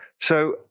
So-